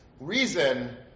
reason